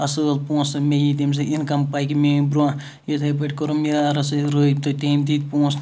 اَصٕل پونٛسہٕ مےٚ ییہِ تمہِ سۭتۍ اِنکَم پَکہِ میٲنۍ برونٛہہ یِتھے پٲٹھۍ کوٚرُم یارَس سۭتۍ رٲبطہٕ تمۍ دِتۍ پونٛسہٕ